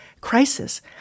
crisis